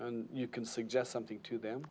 not you can suggest something to them